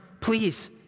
please